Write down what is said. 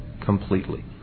completely